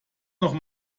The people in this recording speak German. noch